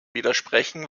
widersprechen